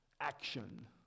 action